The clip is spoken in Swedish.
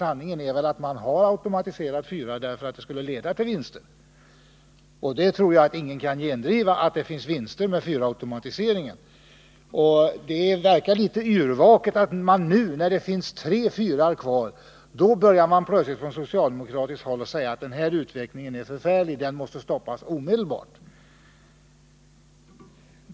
Sanningen är väl att man har automatiserat fyrar därför att det skulle leda till vinster, ett faktum som ingen torde kunna bestrida. Det verkar som om man från socialdemokratiskt håll är litet yrvaken, när man nu, när tre fyrar återstår, plötsligt börjar säga att den här utvecklingen är förfärlig och att den måste stoppas omedelbart.